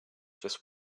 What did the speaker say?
just